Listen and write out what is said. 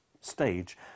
stage